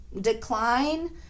decline